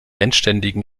endständigen